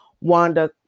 Wanda